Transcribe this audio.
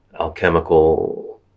alchemical